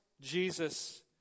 Jesus